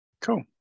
Cool